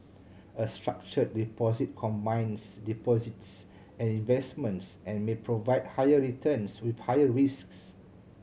a structured deposit combines deposits and investments and may provide higher returns with higher risks